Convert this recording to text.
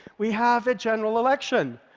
we have a general election,